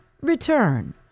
Return